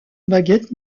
baguette